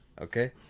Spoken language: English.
Okay